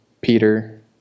Peter